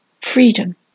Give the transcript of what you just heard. freedom